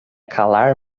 calar